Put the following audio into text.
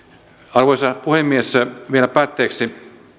arvoisa puhemies vielä päätteeksi